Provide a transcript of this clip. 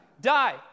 Die